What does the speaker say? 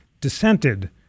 dissented